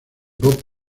bob